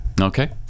Okay